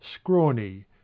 scrawny